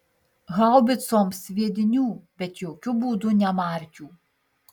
haubicoms sviedinių bet jokiu būdu ne markių